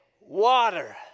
water